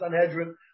Sanhedrin